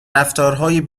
رفتارهای